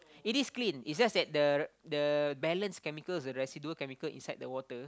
it is clean it's just that the the balance chemical the residual chemical inside the water